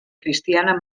cristiana